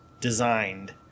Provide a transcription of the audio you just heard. designed